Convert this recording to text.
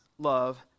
love